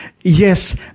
Yes